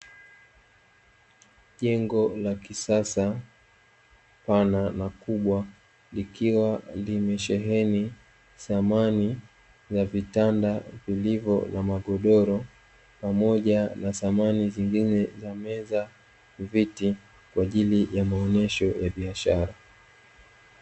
Jengo la kisasa pana na kubwa likiwa limesheheni samani ya vitanda vilivyo na magodoro, pamoja na samani zingine za meza viti kwa ajili ya maonesho ya biashara.